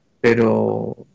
pero